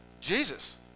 Jesus